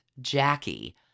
Jackie